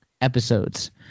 episodes